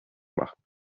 machen